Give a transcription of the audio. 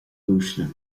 uaisle